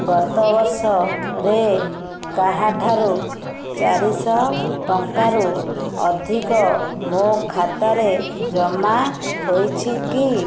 ଗତ ବର୍ଷ ରେ କାହାଠାରୁ ଚାରି ଶହ ଟଙ୍କାରୁ ଅଧିକ ମୋ ଖାତାରେ ଜମା ହୋଇଛି କି